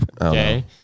Okay